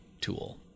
tool